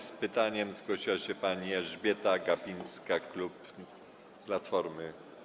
Z pytaniem zgłosiła się pani Elżbieta Gapińska, klub Platformy.